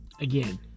Again